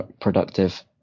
productive